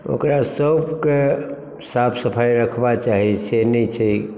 ओकरा सबके साफ सफाइ रखबाक चाही से नहि छै